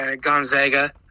Gonzaga